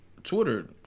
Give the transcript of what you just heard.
Twitter